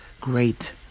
great